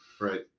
Right